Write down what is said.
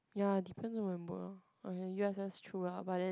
ya depends on my mood orh U_S_S true lah but then